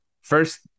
First